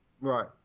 Right